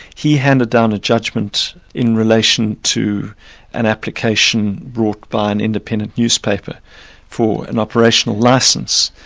he handed down a judgment in relation to an application brought by an independent newspaper for an operational licence,